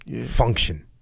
function